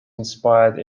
inspired